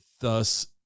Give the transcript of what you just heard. thus